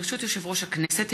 ברשות יושב-ראש הכנסת,